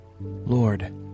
Lord